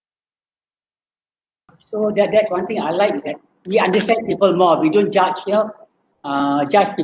so that that one thing I liked that he understand people more we don't judge you know just